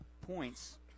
points